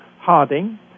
Harding